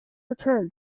return